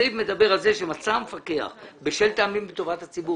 הסעיף מדבר על כך שמצא המפקח בשל טעמים שבטובת הציבור.